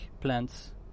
plants